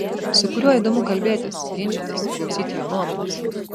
su kuriuo įdomu kalbėtis ginčytis klausyti jo nuomonės